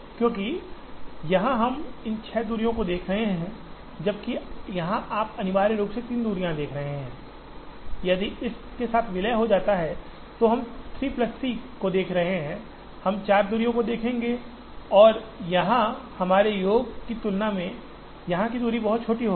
क्योंकि यहाँ हम इन छह दूरियों को देख रहे हैं जबकि यहाँ आप अनिवार्य रूप से तीन दूरियाँ देख रहे हैं यदि इस के साथ विलय होता है तो हम 3 प्लस 3 को देख रहे हैं हम 4 दूरियों को देखेंगे और यह हमारे योग की तुलना में यहाँ की दूरी बहुत छोटी होगी